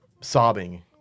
sobbing